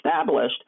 established